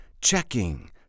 checking